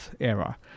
era